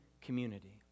community